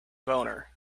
boner